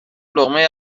لقمه